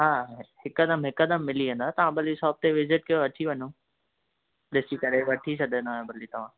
हा हिकदम हिकदम मिली वेंदव तव्हां भली शॉप ते विज़िट कयो अची वञो ॾिसी करे वठी सघंदा आहियो भली तव्हां